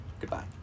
Goodbye